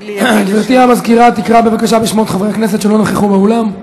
גברתי המזכירה תקרא בבקשה בשמות חברי הכנסת שלא נכחו באולם.